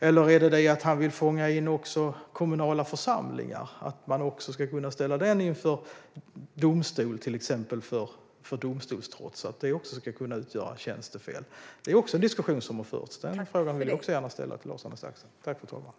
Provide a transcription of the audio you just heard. Vill han fånga in även kommunala församlingar, så att man ska kunna ställa dem inför domstol till exempel för domstolstrots? Ska det också kunna utgöra tjänstefel? Den diskussionen har förts. Det är mina frågor till Lars-Arne Staxäng.